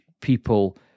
people